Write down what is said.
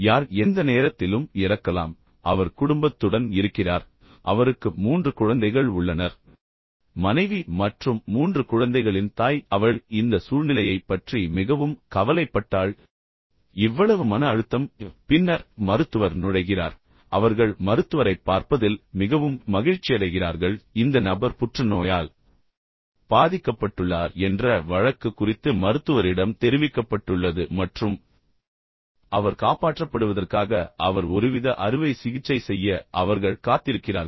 யார் எந்த நேரத்திலும் இறக்கலாம் அவர் குடும்பத்துடன் இருக்கிறார் பின்னர் அவருக்கு மூன்று குழந்தைகள் உள்ளனர் பின்னர் மனைவி மற்றும் மூன்று குழந்தைகளின் தாய் அவள் இந்த சூழ்நிலையைப் பற்றி மிகவும் கவலைப்பட்டாள் இவ்வளவு மன அழுத்தம் சரி பின்னர் மருத்துவர் நுழைகிறார் எனவே அவர்கள் மருத்துவரைப் பார்ப்பதில் மிகவும் மகிழ்ச்சியடைகிறார்கள் பின்னர் இந்த நபர் புற்றுநோயால் பாதிக்கப்பட்டுள்ளார் என்ற வழக்கு குறித்து மருத்துவரிடம் தெரிவிக்கப்பட்டுள்ளது மற்றும் அவர் காப்பாற்றப்படுவதற்காக அவர் ஒருவித அறுவை சிகிச்சை செய்ய அவர்கள் காத்திருக்கிறார்கள்